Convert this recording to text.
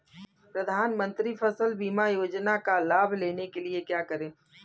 प्रधानमंत्री फसल बीमा योजना का लाभ लेने के लिए क्या करें?